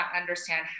understand